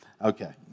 Okay